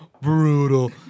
Brutal